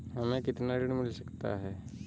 हमें कितना ऋण मिल सकता है?